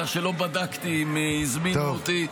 כך שלא בדקתי אם הזמינו אותי,